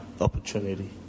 opportunity